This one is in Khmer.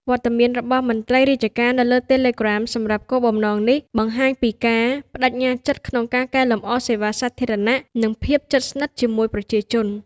វត្តមានរបស់មន្ត្រីរាជការនៅលើ Telegram សម្រាប់គោលបំណងនេះបង្ហាញពីការប្ដេជ្ញាចិត្តក្នុងការកែលម្អសេវាសាធារណៈ និងភាពជិតស្និទ្ធជាមួយប្រជាជន។